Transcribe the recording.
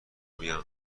بیان